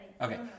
Okay